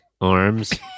arms